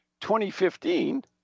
2015